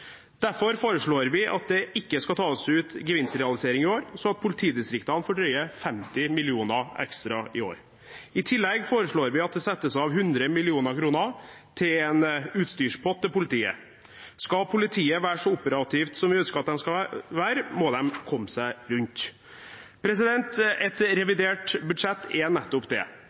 Derfor foreslår vi at det ikke skal tas ut gevinstrealisering i år, sånn at politidistriktene får drøye 50 mill. kr ekstra i år. I tillegg foreslår vi at det settes av 100 mill. kr til en utstyrspott til politiet. Skal politiet være så operativt som vi ønsker at det skal være, må de komme seg rundt. Et revidert budsjett er nettopp det